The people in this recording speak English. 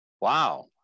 Wow